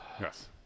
yes